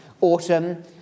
autumn